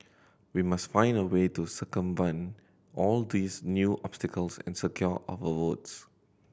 we must find a way to circumvent all these new obstacles and secure our votes